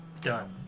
Done